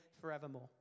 forevermore